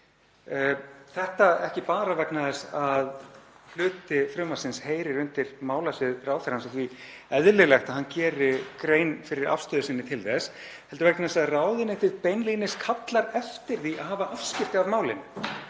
dag, ekki bara vegna þess að hluti frumvarpsins heyrir undir málasvið ráðherrans og því eðlilegt að hann geri grein fyrir afstöðu sinni til þess, heldur vegna þess að ráðuneytið kallar beinlínis eftir því að hafa afskipti af málinu.